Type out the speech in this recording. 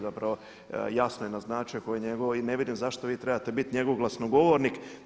Zapravo jasno je naznačio koje je njegovo i ne vidim zašto vi trebate biti njegov glasnogovornik.